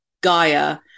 Gaia